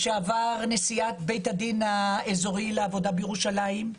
לשעבר נשיאת בית הדין האזורי לעבודה בירושלים,